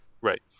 Right